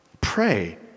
Pray